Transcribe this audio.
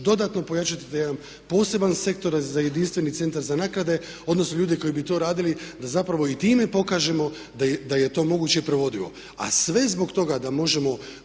dodatno pojačati taj jedan poseban sektor za jedinstveni centar za naknade, odnosno ljude koji bi to radili da zapravo i time pokažemo da je to moguće i provodivo.